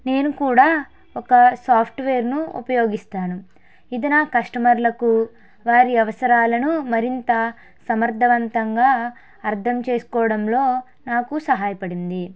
నేను కూడా ఒక సాఫ్ట్వేర్ను ఉపయోగిస్తాను ఇది నా కస్టమర్లకు వారి అవసరాలను మరింత సమర్ధవంతంగా అర్ధం చేసుకోవడంలో నాకు సహాయపడింది